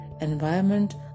environment